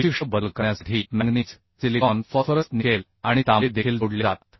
विशिष्ट बदल करण्यासाठी मॅंगनीज सिलिकॉन फॉस्फरस निकेल आणि तांबे देखील जोडले जातात